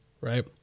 right